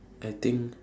I think